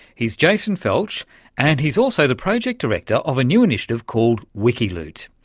he's jason felch and he's also the project director of a new initiative called wikiloot.